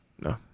No